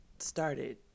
started